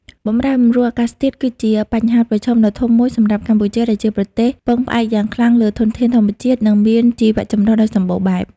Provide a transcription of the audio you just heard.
បម្រែបម្រួលអាកាសធាតុគឺជាបញ្ហាប្រឈមដ៏ធំមួយសម្រាប់កម្ពុជា ដែលជាប្រទេសពឹងផ្អែកយ៉ាងខ្លាំងលើធនធានធម្មជាតិ និងមានជីវចម្រុះដ៏សម្បូរបែប។